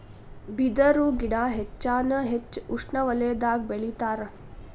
ಬಿದರು ಗಿಡಾ ಹೆಚ್ಚಾನ ಹೆಚ್ಚ ಉಷ್ಣವಲಯದಾಗ ಬೆಳಿತಾರ